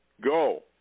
go